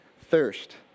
thirst